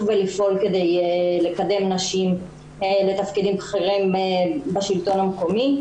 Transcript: ופעול כדי לקדם נשים לתפקידים בכירים בשלטון המקומי.